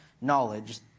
knowledge